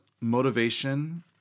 motivation